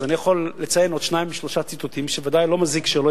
אני יכול לציין עוד שניים שלושה ציטוטים,